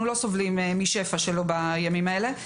אנחנו לא סובלים משפע שלו בימים האלה.